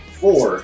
four